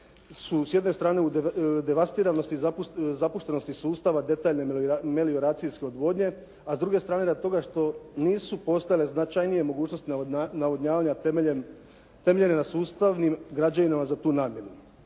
s jedne strane su devastiranosti, zapuštenosti sustava detaljne melioracijske odvodnje, a s druge strane radi toga što nisu postojale značajnije mogućnosti navodnjavanja …/Govornik se ne razumije./… na sustavnim građevinama za tu namjenu.